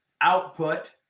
output